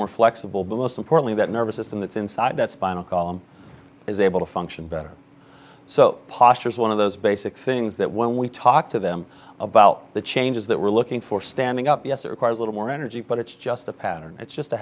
more flexible but most importantly that nervous system that's inside that spinal column is able to function better so posture is one of those basic things that when we talk to them about the changes that we're looking for standing up yes it requires a little more energy but it's just a pattern it's just a